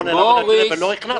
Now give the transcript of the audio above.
סעיף 68 --- אבל לא הכנסת.